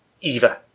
Eva